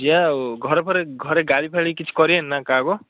ଯିବା ଆଉ ଘରେ ଫରେ ଘରେ ଗାଳି ଫାଳି କିଛି କରିବେନି ନା କାହାକୁ